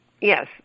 Yes